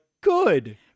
Good